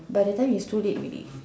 by the time it's too late already